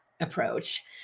approach